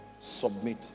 submit